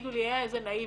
יגידו לי איזה נאיבית,